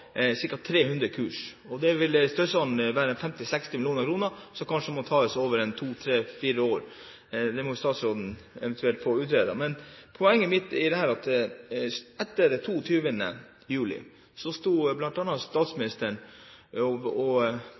300 kurs, og det vil koste ca. 50–60 mill. kr, som kanskje må tas over to, tre, fire år. Det må jo statsråden eventuelt få utredet. Etter den 22. juli sto bl.a. statsministeren og pratet veldig godt om brann- og redningsetaten, at